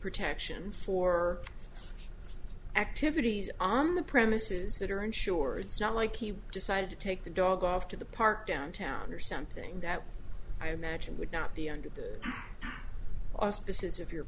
protection for activities on the premises that are unsure it's not like he decided to take the dog off to the park downtown or something that i imagine would not be under the auspices of your